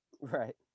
Right